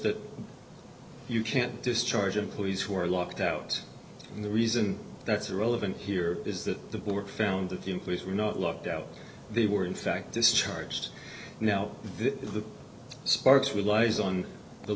that you can't discharge employees who are locked out and the reason that's relevant here is that the board found that the employees were not locked out they were in fact discharged now this is the sparks relies on the